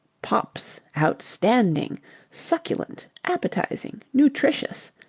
popp's outstanding succulent appetizing nutritious.